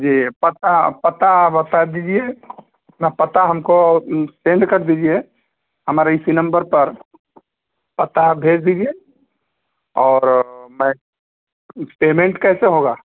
जी पता पता बता दीजिए अपना पता हमको सेंड कर दीजिए हमारे इसी नंबर पर पता भेज दीजिए और मैं पेमेंट कैसे होगा